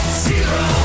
zero